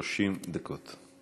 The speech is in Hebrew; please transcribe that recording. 30 דקות.